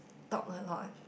talk a lot